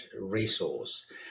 resource